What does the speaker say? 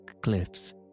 cliffs